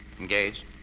Engaged